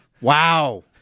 Wow